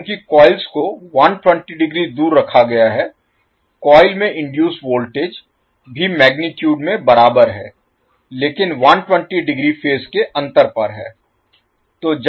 अब चूंकि कॉइल्स को 120 डिग्री दूर रखा गया है कॉइल में इनडुइस वोल्टेज भी मैगनीटुड में बराबर है लेकिन 120 डिग्री फेज के अंतर पर है